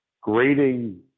grading